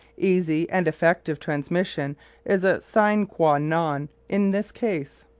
easy and effective transmission is a sine qua non in this case,